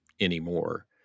anymore